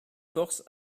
force